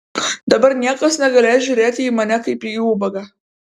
dabar niekas negalės žiūrėti į mane kaip į ubagą